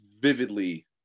vividly